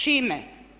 Čime?